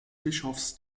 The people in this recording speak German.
bischofs